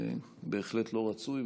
בהחלט לא רצוי.